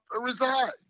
reside